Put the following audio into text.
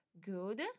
good